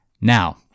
Now